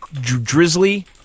Drizzly